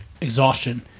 exhaustion